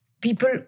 people